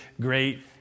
great